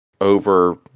over